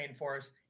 Rainforest